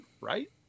right